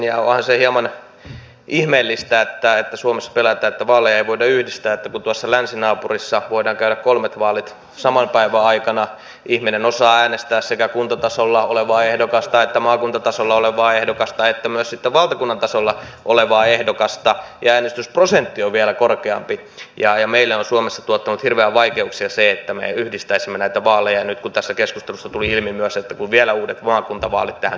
onhan se hieman ihmeellistä että kun suomessa pelätään että vaaleja ei voida yhdistää niin tuossa länsinaapurissa voidaan käydä kolmet vaalit saman päivän aikana ihminen osaa äänestää sekä kuntatasolla olevaa ehdokasta maakuntatasolla olevaa ehdokasta että myös sitten valtakunnan tasolla olevaa ehdokasta ja äänestysprosentti on vielä korkeampi ja meille on suomessa tuottanut hirveitä vaikeuksia se että me yhdistäisimme näitä vaaleja ja nyt tässä keskustelussa tuli ilmi myös että vielä uudet maakuntavaalit tähän tulevat